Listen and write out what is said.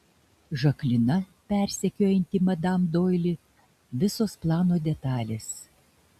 žaklina persekiojanti madam doili visos plano detalės